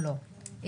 או לא,